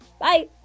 Bye